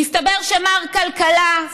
מסתבר שמר כלכלה,